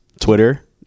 Twitter